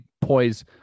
poise